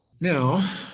Now